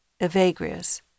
Evagrius